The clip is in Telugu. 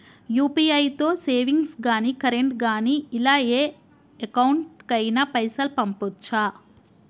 యూ.పీ.ఐ తో సేవింగ్స్ గాని కరెంట్ గాని ఇలా ఏ అకౌంట్ కైనా పైసల్ పంపొచ్చా?